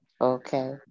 Okay